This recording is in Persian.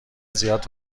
زیاد